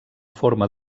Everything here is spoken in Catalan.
forma